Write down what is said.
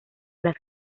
las